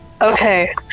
Okay